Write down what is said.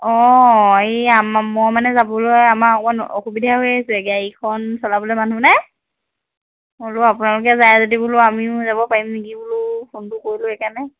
অ এই আম মই মানে যাবলৈ আমাৰ অকণমান অসুবিধা হৈ আছে গাড়ীখন চলাবলৈ মানুহ নাই মই বোলো আপোনালোকে যায় যদি বোলো আমিও যাব পাৰিম নেকি বোলো ফোনটো কৰিলো সেইকাৰণে